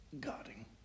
guarding